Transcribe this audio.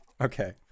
Okay